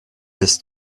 ist